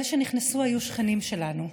אלה שנכנסו היו שכנים שלנו,